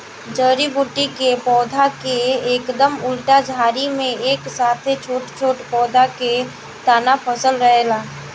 जड़ी बूटी के पौधा के एकदम उल्टा झाड़ी में एक साथे छोट छोट पौधा के तना फसल रहेला